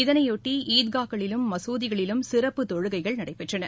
இதனையொட்டி ஈத்கா களிலும் மசூதிகளிலும் சிறப்பு தொழுகைகள் நடைபெற்றன